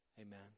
Amen